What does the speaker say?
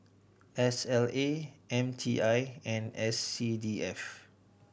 S L A M T I and S C D F